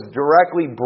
directly